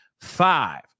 five